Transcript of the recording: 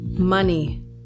Money